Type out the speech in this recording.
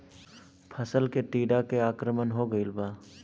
फसल पे टीडा के आक्रमण हो गइल बा?